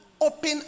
open